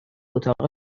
اتاق